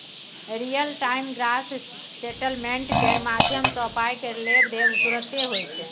real time gross settlement केर माध्यमसँ पाइ केर लेब देब तुरते होइ छै